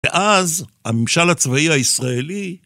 ואז, הממשל הצבאי הישראלי...